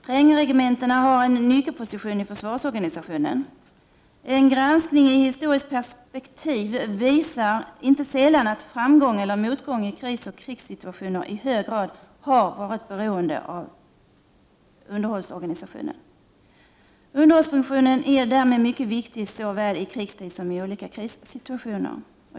Trängregementena har en nyckelposition i försvarsorganisationen. En granskning i historiskt perspektiv visar inte sällan att framgång eller motgång i krisoch krigssituationer i hög grad har varit beroende av underhållsorganisationen. Underhållsfunktionen är därmed mycket viktig såväl i krigstid som i olika krissituationer.